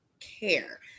care